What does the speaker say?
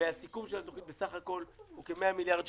והסיכום של התוכנית בסך הכול הוא כ-100 מיליארד שקלים,